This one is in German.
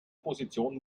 position